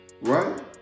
Right